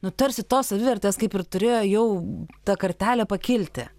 nu tarsi tos savivertės kaip ir turėjo jau ta kartelė pakilti